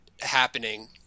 happening